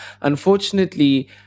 unfortunately